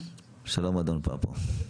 שלום אדון פפו.